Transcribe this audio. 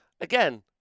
Again